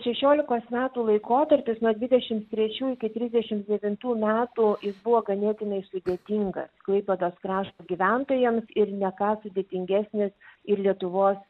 šešiolikos metų laikotarpis nuo dvidešim trečių iki trisdešim devintų metų jis buvo ganėtinai sudėtingas klaipėdos krašto gyventojams ir ne ką sudėtingesnis ir lietuvos